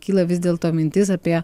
kyla vis dėlto mintis apie